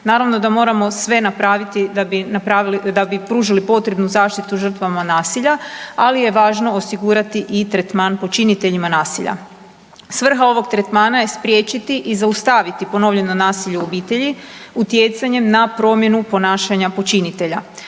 Naravno da moramo sve napraviti da bi napravili, da bi pružili potrebnu zaštitu žrtvama nasilja, ali je važno osigurati i tretman počiniteljima nasilja. Svrha ovog tretmana je spriječiti i zaustaviti ponovljeno nasilje u obitelji utjecanjem na promjenu ponašanja počinitelja.